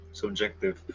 subjective